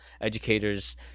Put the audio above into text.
educators